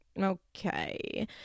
okay